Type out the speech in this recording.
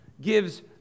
gives